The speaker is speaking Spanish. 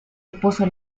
esposo